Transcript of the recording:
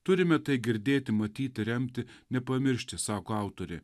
turime tai girdėti matyti remti nepamiršti sako autorė